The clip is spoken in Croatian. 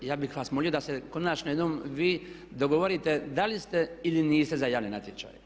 Ja bih vas molio da se konačno jednom vi dogovorite da li ste ili niste za javni natječaj.